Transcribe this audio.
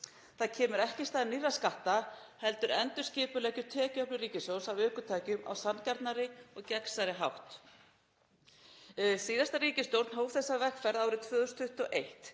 Það kemur ekki í stað nýrra skatta heldur endurskipuleggur tekjuöflun ríkissjóðs af ökutækjum á sanngjarnari og gegnsærri hátt. Síðasta ríkisstjórn hóf þessa vegferð árið 2021